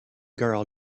girl